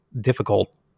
difficult